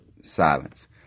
silence